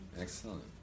Excellent